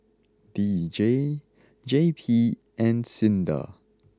D J J P and Sinda